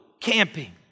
camping